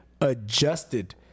adjusted